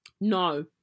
no